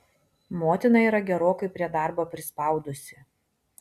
motina yra gerokai prie darbo prispaudusi